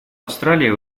австралия